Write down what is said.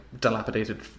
dilapidated